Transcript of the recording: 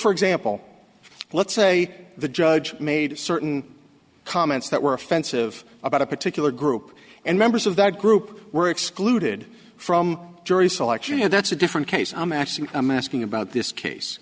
for example let's say the judge made certain comments that were offensive about a particular group and members of that group were excluded from jury selection and that's a different case i'm actually i'm asking about this case